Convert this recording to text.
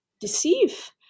deceive